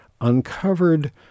Uncovered